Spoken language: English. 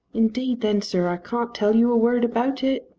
indeed then, sir, i can't tell you a word about it.